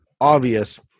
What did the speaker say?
obvious